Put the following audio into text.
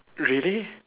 really